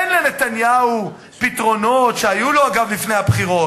אין לנתניהו פתרונות, שהיו לו, אגב, לפני הבחירות.